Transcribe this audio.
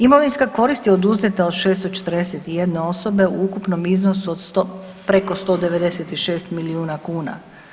Imovinska korist je oduzeta od 641 osobe u ukupnom iznosu od 100, preko 196 milijuna kuna.